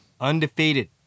undefeated